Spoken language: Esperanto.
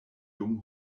dum